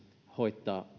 hoitaa